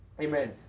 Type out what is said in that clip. Amen